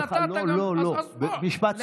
אני נתתי לך, אז בוא, משפט סיכום.